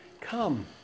come